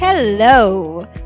Hello